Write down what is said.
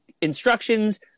instructions